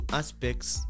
aspects